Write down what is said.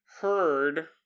heard